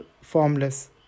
formless